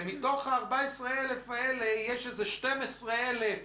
ומתוך ה-14 אלף האלה יש 12 אלף